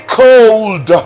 cold